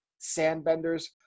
Sandbenders